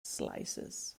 slices